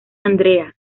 andrea